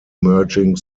merging